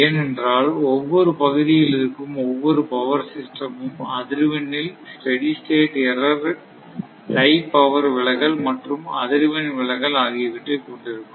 ஏனென்றால் ஒவ்வொரு பகுதியில் இருக்கும் ஒவ்வொரு பவர் சிஸ்டமும் அதிர்வெண் இல் steady state error tie power விலகல் மற்றும் அதிர்வெண் விலகல் ஆகியவற்றைக் கொண்டிருக்கும்